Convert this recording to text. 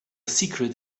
secret